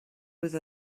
with